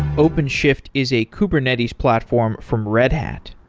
openshift is a kubernetes platform from red hat.